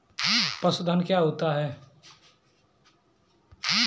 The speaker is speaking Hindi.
पशुधन क्या होता है?